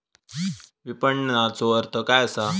विपणनचो अर्थ काय असा?